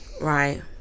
right